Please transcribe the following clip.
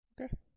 Okay